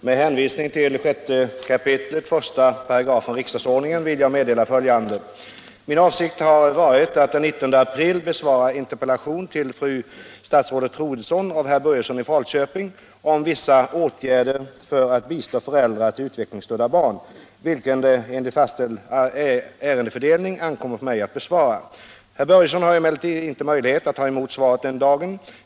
Herr talman! Med hänvisning till 6 kap. 1 § riksdagsordningen vill jag meddela följande. Min avsikt var att den 19 april besvara en interpellation till fru statsrådet Troedsson av herr Börjesson i Falköping om vissa åtgärder för att bistå föräldrar till utvecklingsstörda barn, vilken interpellation det enligt fastställd ärendefördelning ankommer på mig att besvara. Herr Börjesson har emellertid inte möjlighet att ta emot svaret den dagen.